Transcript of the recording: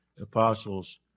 apostles